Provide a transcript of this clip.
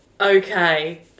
okay